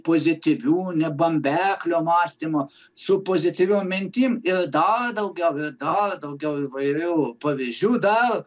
pozityviu ne bambeklio mąstymu su pozityviom mintim ir dar daugiau ir dar daugiau įvairių pavyzdžių dar